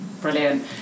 Brilliant